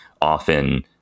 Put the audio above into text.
often